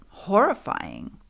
horrifying